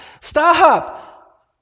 stop